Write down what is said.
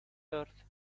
earth